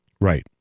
Right